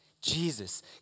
Jesus